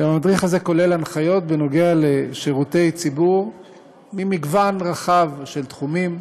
המדריך הזה כולל הנחיות בנוגע לשירותי ציבור במגוון רחב של תחומים: